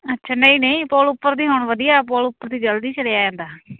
ਅੱਛਾ ਨਹੀਂ ਨਹੀਂ ਪੁਲ ਉੱਪਰ ਦੀ ਹੁਣ ਵਧੀਆ ਪੁਲ ਉੱਪਰ ਦੀ ਜਲਦੀ ਚਲਿਆ ਜਾਂਦਾ